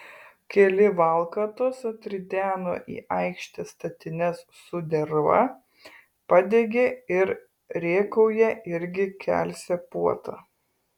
keli valkatos atrideno į aikštę statines su derva padegė ir rėkauja irgi kelsią puotą